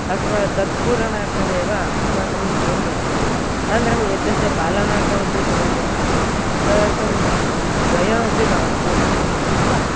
अस्मां तत्पूरणार्थमेव अस्माकं धनं गच्छति अनन्तरम् एतस्य पालनार्थमपि धनं गच्छति तदर्थं द्वयमपि मास्तु इति कृत्वा